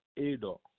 Edo